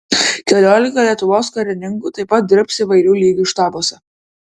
keliolika lietuvos karininkų taip pat dirbs įvairių lygių štabuose